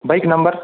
bike number